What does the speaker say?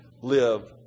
live